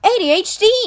ADHD